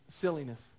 silliness